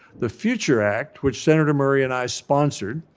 the future act, which senator murray and i sponsored,